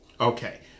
okay